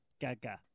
Gaga